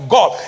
God